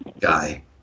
guy